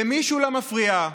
למי שולה מפריעה?